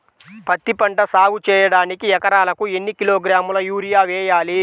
పత్తిపంట సాగు చేయడానికి ఎకరాలకు ఎన్ని కిలోగ్రాముల యూరియా వేయాలి?